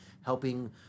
helping